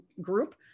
group